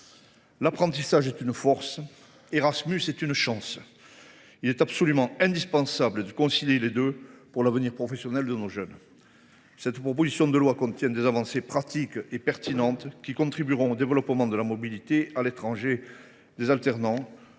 L’apprentissage est une force ; Erasmus est une chance. Il est absolument indispensable de concilier les deux pour l’avenir professionnel de nos jeunes. Cette proposition de loi contient des avancées pratiques et pertinentes, qui contribueront au développement de la mobilité internationale des alternants.